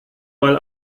mal